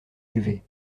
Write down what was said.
élevé